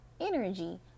energy